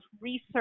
research